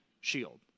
shield